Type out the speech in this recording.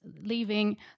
leaving